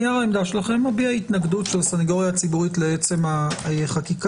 נייר העמדה שלכם מביע התנגדות של הסנגוריה הציבורית לעצם החקיקה,